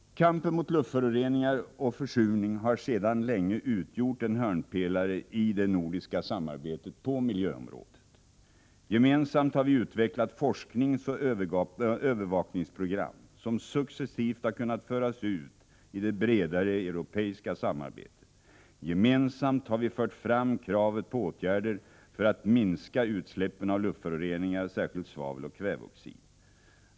Kampen mot luftföroreningar och försurning har sedan länge utgjort en hörnpelare i det nordiska samarbetet på miljöområdet. Gemensamt har vi utvecklat forskningsoch övervakningsprogram, som successivt har kunnat föras ut i det bredare europeiska samarbetet. Gemensamt har vi fört fram kravet på åtgärder för att minska utsläppen av luftföroreningar, särskilt svaveloch kväveoxid.